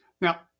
now